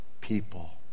people